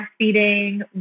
breastfeeding